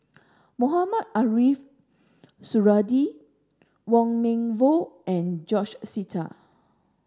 Mohamed Ariff Suradi Wong Meng Voon and George Sita